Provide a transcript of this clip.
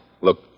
Look